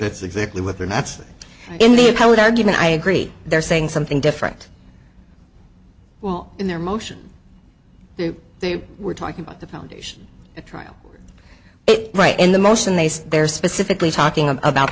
that's exactly what they're not in the appellate argument i agree they're saying something different well in their motion they were talking about the foundation trial it right in the motion they say they're specifically talking about